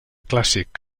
clàssic